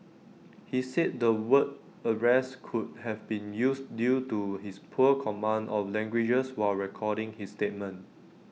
he said the word arrest could have been used due to his poor command of languages while recording his statement